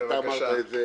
ואתה אמרת את זה